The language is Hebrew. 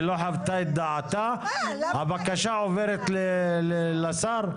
חיוותה את דעתה, הבקשה עוברת לשר?